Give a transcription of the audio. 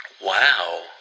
Wow